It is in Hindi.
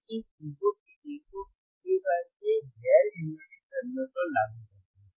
हम इस इनपुट सिग्नल को एम्पलीफायर के गैर इनवर्टिंग टर्मिनल पर लागू करते हैं